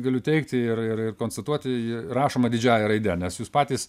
galiu teigti ir ir konstituoti rašoma didžiąja raide nes jūs patys